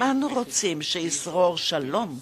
אם אנו רוצים שישרור שלום,